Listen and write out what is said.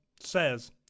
says